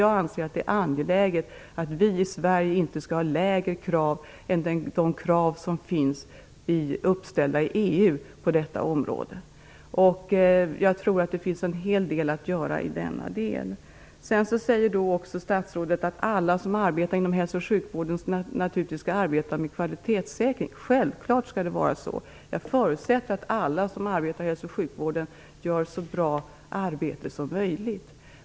Jag anser att det är angeläget att vi i Sverige inte har lägre krav än de krav som är uppställda i EU på detta område. Jag tror att det finns en hel del att göra i denna del. Sedan säger statsrådet att alla som arbetar inom hälso och sjukvården naturligtvis skall arbeta med kvalitetssäkring. Självklart skall det vara så. Jag förutsätter att alla som arbetar inom hälso och sjukvården gör ett så bra arbete som möjligt.